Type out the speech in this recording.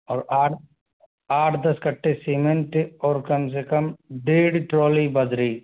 और आठ आठ दस कट्टे सीमेंट और कम से कम डेढ़ ट्रॉली बजरी